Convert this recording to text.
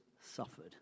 suffered